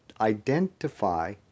identify